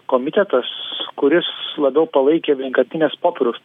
komitetas kuris labiau palaikė vienkartines popieriaus